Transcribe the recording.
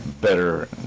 better